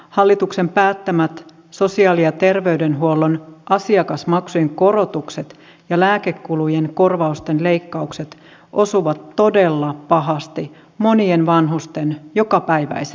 hallituksen päättämät sosiaali ja terveydenhuollon asiakasmaksujen korotukset ja lääkekulujen korvausten leikkaukset osuvat todella pahasti monien vanhusten jokapäiväiseen elämään